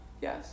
Yes